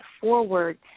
forward